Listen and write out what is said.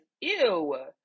ew